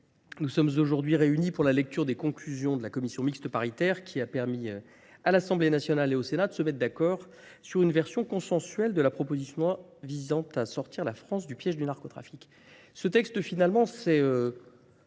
Nous sommes aujourd'hui réunis pour la lecture des conclusions de la Commission mixte paritaire qui a permis à l'Assemblée nationale et au Sénat de se mettre d'accord sur une version consensuelle de la proposition visant à sortir la France du piège du narcotrafique. Ce texte, finalement, c'est